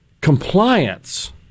Compliance